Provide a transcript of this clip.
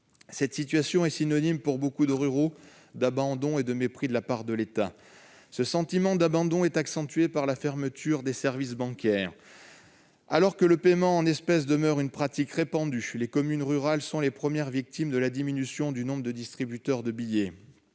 Cette situation est synonyme, pour beaucoup de ruraux, d'abandon et de mépris de la part de l'État. Ce sentiment d'abandon est accentué par la fermeture des services bancaires. Alors que le paiement en espèces demeure une pratique répandue, les communes rurales sont les premières victimes de la diminution du nombre de distributeurs de billets.